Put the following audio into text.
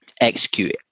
execute